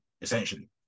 essentially